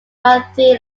marathi